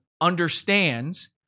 understands